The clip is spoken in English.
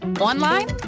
Online